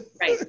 Right